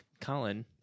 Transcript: Colin